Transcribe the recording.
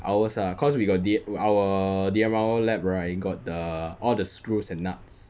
ours lah cause we got err our D_M_R_O lab right got the all the screws and nuts